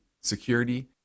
security